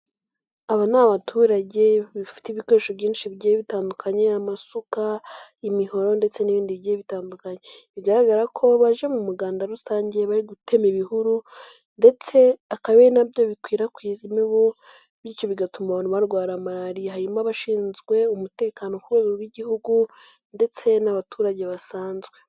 Aba ni abaturage bafite ibikoresho byinshi bigiye bitandukanye amasuka, imihoro ndetse n'ibindi bigiye bitandukanye, bigaragara ko baje mu muganda rusange bari gutema ibihuru ndetse akaba ari nabyo bikwirakwiza imibu bityo bigatuma abantu barwara malariya hari abashinzwe umutekano ku rwego rw'igihugu ndetse n'abaturage basanzwe.